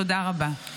תודה רבה.